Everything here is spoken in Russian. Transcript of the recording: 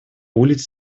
улиц